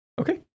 Okay